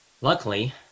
Luckily